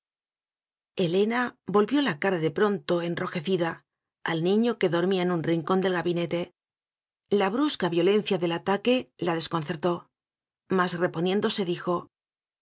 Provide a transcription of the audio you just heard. helena volvió la cara de pronto enrojeci da al niño que dormía en un rincón del ga binete la brusca violencia del ataque la des concertó mas reponiéndose dijo